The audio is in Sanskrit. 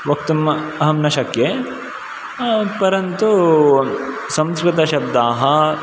वक्तुम् अहं न शक्ये परन्तु संस्कृतशब्दाः